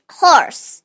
horse